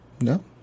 No